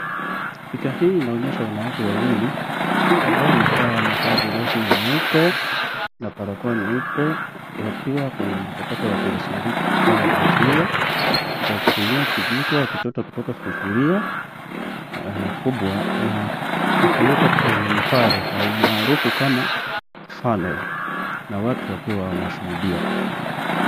Picha hii inaonyesha wanawake wawili ambao wamevaa mavazi rasmi meupe na barakoa nyeupe wakiwa kwenye mchakato ya kuyasindika maziwa kwa kutumia kijiko wakichota kutoka sufuria kubwa na akiweka kwenye mpare almaarufu kama funnel na watu wakiwa wanashuhudia.